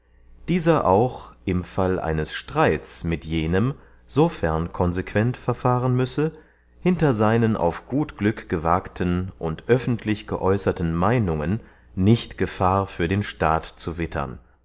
dieser auch im fall eines streits mit jenem sofern consequent verfahren müsse hinter seinen auf gut glück gewagten und öffentlich geäusserten meynungen nicht gefahr für den staat zu wittern